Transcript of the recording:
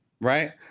right